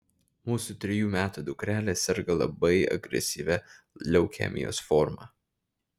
mūsų trejų metų dukrelė serga labai agresyvia leukemijos forma